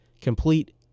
complete